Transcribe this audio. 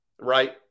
Right